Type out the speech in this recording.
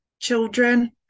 children